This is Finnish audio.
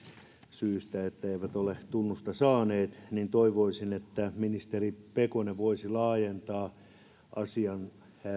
syystä että eivät ole tunnusta saaneet toivoisin että ministeri pekonen voisi laajentaa asian